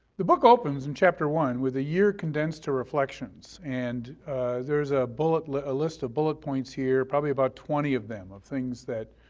the book opens in chapter one with a year condensed to reflections and there's ah like a list of bullet points here probably about twenty of them, of things that